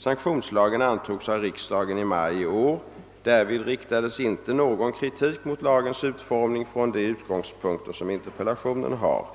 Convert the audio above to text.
Sanktionslagen antogs av riksdagen i maj i år. Därvid riktades inte någon kritik mot lagens utformning från de utgångspunkter som interpellationen har.